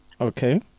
Okay